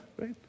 right